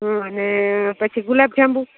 હમ અને પછી ગુલાબ જાંબુ